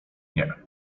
nie